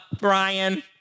Brian